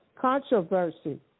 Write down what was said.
controversy